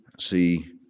see